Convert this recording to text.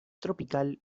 tropical